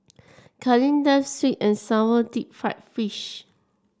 Kalyn sweet and sour Deep Fried Fish